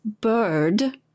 bird